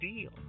deal